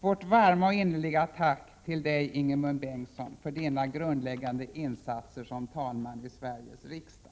Vårt varma och innerliga tack till Dig, Ingemund Bengtsson, för Dina grundläggande insatser som talman i Sveriges riksdag.